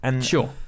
Sure